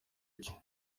iki